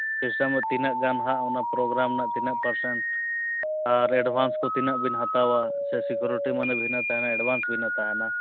ᱛᱤᱱᱟᱹᱜ ᱜᱟᱱ ᱦᱟᱸᱜ ᱚᱱᱟ ᱯᱨᱳᱜᱨᱟᱢ ᱨᱮᱱᱟᱜ ᱛᱤᱱᱟᱹᱜ ᱯᱟᱨᱥᱮᱱᱴ ᱟᱨ ᱮᱰᱵᱷᱟᱱᱥ ᱠᱚ ᱛᱤᱱᱟᱹᱜ ᱵᱤᱱ ᱦᱟᱛᱟᱣᱟ ᱥᱮ ᱥᱤᱠᱩᱨᱤᱴᱤ ᱢᱟᱹᱱᱤ ᱵᱷᱤᱱᱟᱹ ᱛᱟᱦᱮᱱᱟ ᱮᱰᱵᱷᱟᱱᱥ ᱵᱷᱤᱱᱟᱹ ᱛᱟᱦᱮᱱᱟ